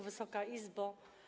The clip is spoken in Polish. Wysoka Izbo!